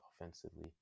offensively